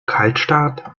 kaltstart